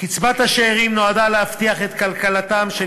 קצבת השאירים נועדה להבטיח את כלכלתם של